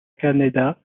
canéda